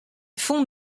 fûn